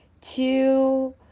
Two